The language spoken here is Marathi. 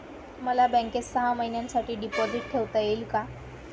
मला बँकेत सहा महिन्यांसाठी डिपॉझिट ठेवता येईल का?